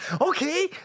Okay